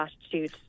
attitude